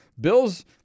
Bills